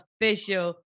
official